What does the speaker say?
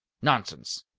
nonsense!